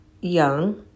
young